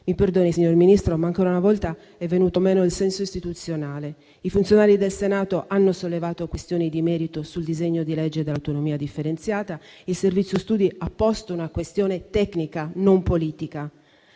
Mi perdoni, signor Ministro, ma ancora una volta è venuto meno il senso istituzionale. I funzionari del Senato hanno sollevato questioni di merito sul disegno di legge per l'autonomia differenziata; il Servizio del Bilancio ha posto una questione tecnica, non politica.